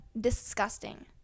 Disgusting